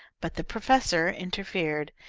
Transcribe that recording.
but the professor interfered,